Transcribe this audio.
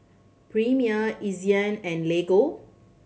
Premier Ezion and Lego